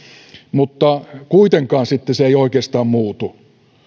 mutta kuitenkaan sitten se ei oikeastaan muutu